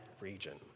region